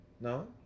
No